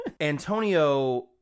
Antonio